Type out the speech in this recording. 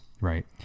right